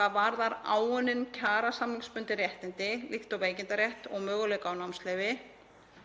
hvað varðar áunnin kjarasamningsbundin réttindi líkt og veikindarétt og möguleika á námsleyfi.